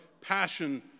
Passion